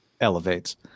elevates